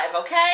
okay